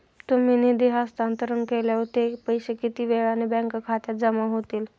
तुम्ही निधी हस्तांतरण केल्यावर ते पैसे किती वेळाने बँक खात्यात जमा होतील?